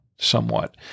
Somewhat